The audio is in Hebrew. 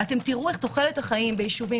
ואתם תראו איך תוחלת החיים ביישובים,